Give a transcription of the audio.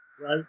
right